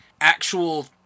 actual